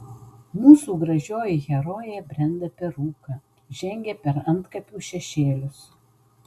mūsų gražioji herojė brenda per rūką žengia per antkapių šešėlius